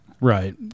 Right